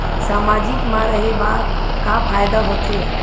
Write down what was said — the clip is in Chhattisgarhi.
सामाजिक मा रहे बार का फ़ायदा होथे?